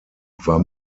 war